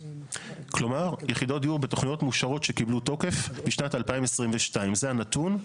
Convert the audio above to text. כלומר יחידות דיור בתוכניות מאושרות שקיבלו תוקף בשנת 2022. זה הנתון.